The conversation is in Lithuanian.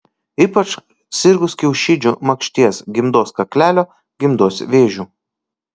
ypač sirgus kiaušidžių makšties gimdos kaklelio gimdos vėžiu